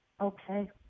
Okay